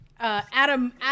Adam